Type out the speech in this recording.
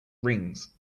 rings